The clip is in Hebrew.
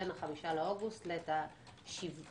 בין ה-5 באוגוסט לבין